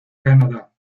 canadá